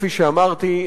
כפי שאמרתי,